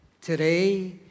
Today